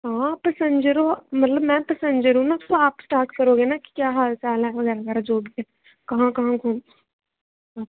हां आप पेसेंजर हो मतलब में पेसेंजर हूं ना तो आप स्टार्ट करोगे ना कि क्या हाल चाल ऐ बगैरा बगैरा जो बी है कहां कहां घूम